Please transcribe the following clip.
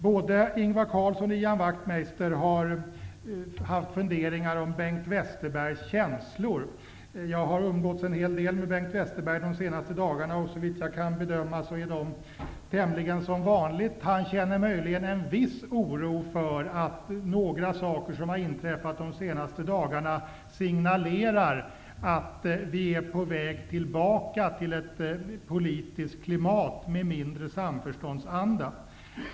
Både Ingvar Carlsson och Ian Wachtmeister har haft funderingar om Bengt Westerbergs känslor. Jag har umgåtts en hel del med Bengt Westerberg under de senaste dagarna. Såvitt jag kan bedöma är hans känslor tämligen som vanligt. Han känner möjligen en viss oro för att några av de saker som inträffat de senaste dagarna signalerar att vi är på väg tillbaka till ett politiskt klimat med mindre samförståndsanda.